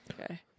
Okay